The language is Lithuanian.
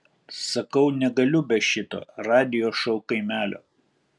sakau negaliu be šito radijo šou kaimelio